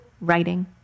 writing